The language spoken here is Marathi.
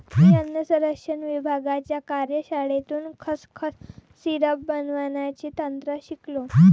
मी अन्न संरक्षण विभागाच्या कार्यशाळेतून खसखस सिरप बनवण्याचे तंत्र शिकलो